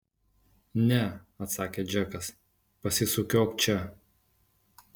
ne atsakė džekas pasisukiok čia